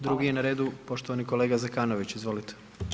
Drugi je na redu poštovani kolega Zekanović, izvolite.